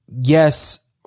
Yes